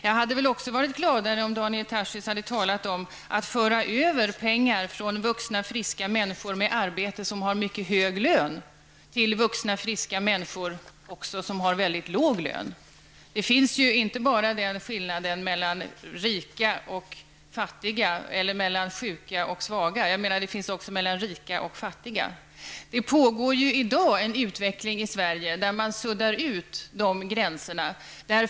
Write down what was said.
Jag hade också varit gladare om Daniel Tarschys talat om att föra över pengar från vuxna friska människor med arbete och mycket hög lön till vuxna friska människor som har väldigt låg lön. Det finns ju en skillnad inte bara mellan sjuka och svaga utan även mellan rika och fattiga. Det pågår i dag en utveckling i Sverige som innebär att dessa gränser suddas ut.